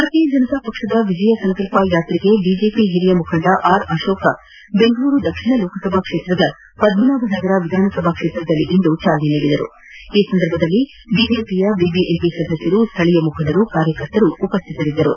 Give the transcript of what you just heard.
ಭಾರತೀಯ ಜನತಾ ಪಕ್ಷದ ವಿಜಯ ಸಂಕಲ್ಪ ಯಾತ್ರೆಗೆ ಬಿಜೆಪಿ ಹಿರಿಯ ಮುಖಂದ ಆರ್ ಅಶೋಕ ಬೆಂಗಳೂರು ದಕ್ಷಿಣ ಲೋಕಸಭಾ ಕ್ಷೇತ್ರದ ಪದ್ಮನಾಭ ನಗರ ವಿಧಾನ ಸಭಾ ಕ್ಷೇತ್ರದಲ್ಲಿಂದು ಚಾಲನೆ ನೀಡಿದರು ಈ ಸಂದರ್ಭದಲ್ಲಿ ಬಿಜೆಪಿಯ ಬಿಬಿಎಂಪಿ ಸದಸ್ಯರು ಸ್ದಳೀಯ ಮುಖಂಡರು ಕಾರ್ಯಕರ್ತರು ಉಪಸ್ದಿತರಿದ್ದರು